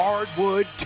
Hardwood